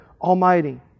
Almighty